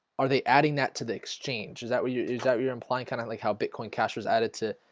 are they adding that to the exchange is that what you is that you're implying kind of like how bitcoin cash was added to?